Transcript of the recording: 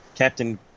Captain